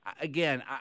again